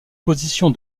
position